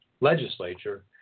legislature